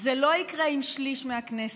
זה לא יקרה עם שליש מהכנסת,